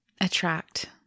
attract